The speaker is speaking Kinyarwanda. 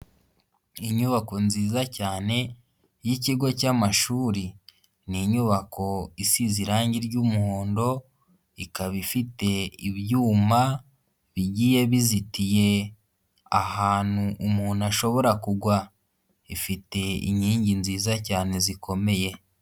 Inyubako nziza cyane yikigo cy'amashuri, ni inyubako isize irangi ry'umuhondo, ikaba ifite ibyuma bigiye bizitiye ahantu umuntu ashobora kugwa. Ifite inkingi nziza cyane zikomeye.